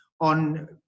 on